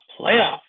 playoff